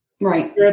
Right